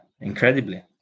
incredibly